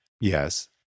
Yes